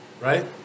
right